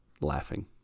laughing